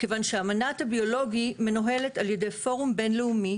כיוון שאמנת הביולוגי מנוהלת על ידי פורום בינלאומי